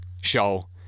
show